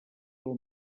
del